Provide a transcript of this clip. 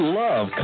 love